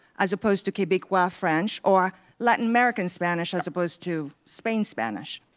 as opposed to quebecois french. or latin american spanish as opposed to spain spanish.